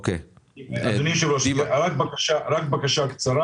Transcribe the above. אדוני היו"ר, רק בקשה קצרה.